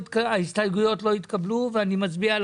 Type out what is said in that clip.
ההסתייגויות לא התקבלו ואני מצביע על